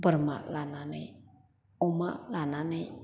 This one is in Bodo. बोरमा लानानै अमा लानानै